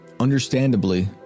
Understandably